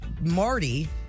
Marty